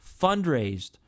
Fundraised